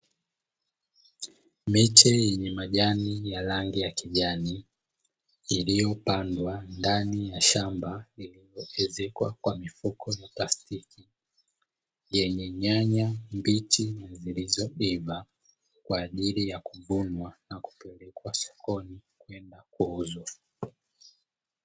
Miche yenye majani ya rangi ya kijani, iliyopandwa ndani ya shamba lililoezekwa kwa mifuko ya plastiki, yenye nyanya mbichi na zilizoiva, kwaajili ya kuvunwa na kupelekwa sokoni kwenda kuuzwa.